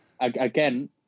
again